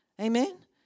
Amen